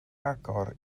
agor